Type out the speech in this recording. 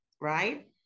right